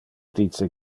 dice